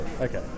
okay